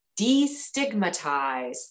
destigmatize